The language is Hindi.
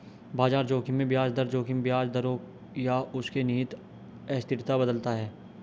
बाजार जोखिम में ब्याज दर जोखिम ब्याज दरों या उनके निहित अस्थिरता बदलता है